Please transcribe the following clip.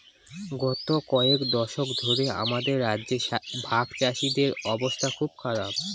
গত কয়েক দশক ধরে আমাদের রাজ্যে ভাগচাষীদের অবস্থা খুব খারাপ